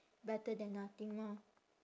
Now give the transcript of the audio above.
better than nothing mah